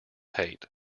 hate